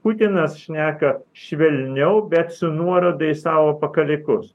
putinas šneka švelniau bet su nuoroda į savo pakalikus